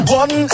one